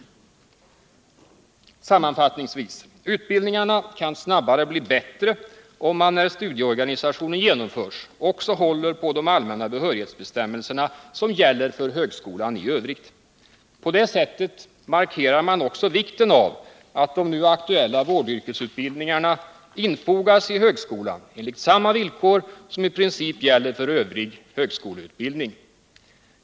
Sammanfattningsvis: Utbildningarna kan snabbare bli bättre om man när studieorganisationen genomförs också håller på de allmänna behörighetsbestämmelserna som gäller för högskolan i övrigt. På det sättet markerar man också vikten av att de nu aktuella vårdyrkesutbildningarna infogas i högskolan enligt samma villkor som i princip gäller för övrig högskoleutbildning.